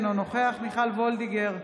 אינו נוכח מיכל וולדיגר,